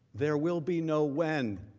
there will be no when.